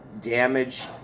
damage